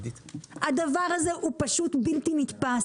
הדבר הזה הוא פשוט בלתי נתפס.